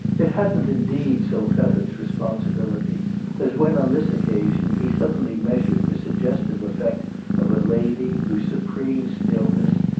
it hadn't indeed so felt its responsibility as when on this occasion he suddenly measured the suggestive effect of a lady whose supreme stillness,